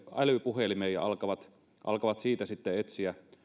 älypuhelimen ja alkavat siitä sitten etsiä